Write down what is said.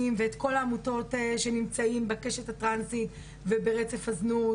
ואת כל העמותות שנמצאים בקשת הטרנסית וברצף הזנות